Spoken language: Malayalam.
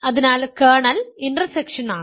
അതിനാൽ കേർണൽ ഇന്റർസെക്ഷനാണ്